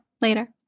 later